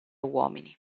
uomini